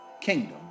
kingdom